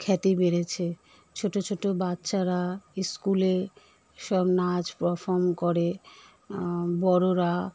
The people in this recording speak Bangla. খ্যাতি বেড়েছে ছোটো ছোটো বাচ্চারা ইস্কুলে সব নাচ পারফম করে বড়োরা